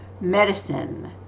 medicine